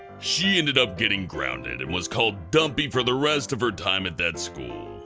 she ended up getting grounded and was called dumpy for the rest of her time at that school.